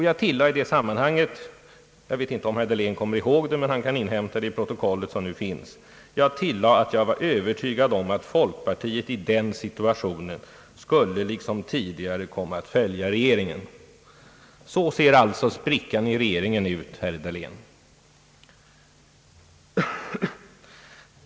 Jag tilllade i det sammanhanget — jag vet inte om herr Dahlén kommer ihåg det, men han kan inhämta det i det riksdagsprotokoll som nu föreligger — att jag var övertygad om att folkpartiet i den situationen liksom tidigare skulle komma att följa regeringen. Så ser alltså sprickan i regeringen ut, herr Dahlén.